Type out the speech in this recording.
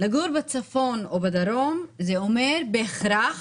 לגור בצפון או בדרום זה אומר בהכרח,